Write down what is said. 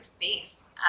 face